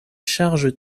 charge